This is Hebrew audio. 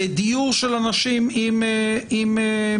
לדיור של אנשים עם מוגבלות?